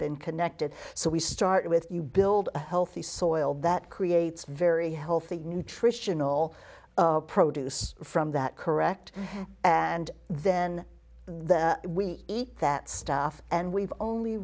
been connected so we start with you build a healthy soil that creates very healthy nutritional produce from that correct and then we eat that stuff and we've only